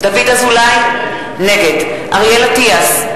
נגד אריאל אטיאס,